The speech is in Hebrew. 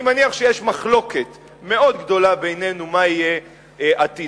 אני מניח שיש מחלוקת מאוד גדולה בינינו מה יהיה עתידם,